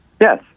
Yes